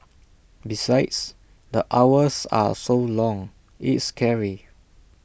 besides the hours are so long it's scary